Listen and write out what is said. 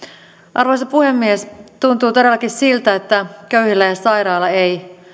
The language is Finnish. arvoisa puhemies tuntuu todellakin siltä että köyhillä ja sairailla ei